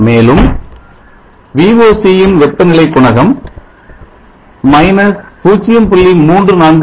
மேலும் VOC யின் வெப்பநிலை குணகம் 0